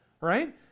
right